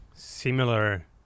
similar